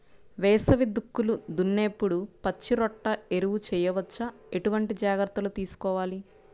వేసవి దుక్కులు దున్నేప్పుడు పచ్చిరొట్ట ఎరువు వేయవచ్చా? ఎటువంటి జాగ్రత్తలు తీసుకోవాలి?